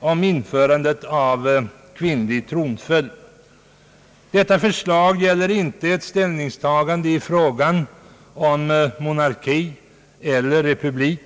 om återinförande av kvinnlig tronföljd. Detta förslag gäller inte ett ställningstagande i frågan monarki eller republik.